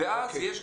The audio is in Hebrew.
יהיו איתנו כאן